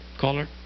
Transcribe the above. caller